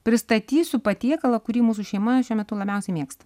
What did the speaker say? pristatysiu patiekalą kurį mūsų šeima šiuo metu labiausiai mėgsta